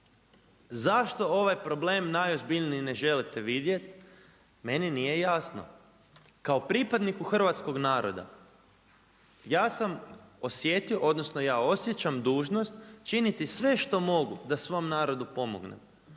Zašto ovaj problem najozbiljniji ne želite vidjet, meni nije jasno. Kao pripadniku hrvatskog naroda, ja sam osjetio, odnosno ja osjećam dužnost činiti sve što mogu da svom narodu pomognem.